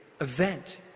event